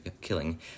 killing